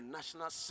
National